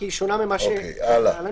כי היא שונה ממה שהיה לנו.